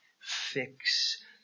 Fix